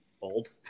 old